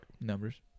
numbers